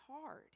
hard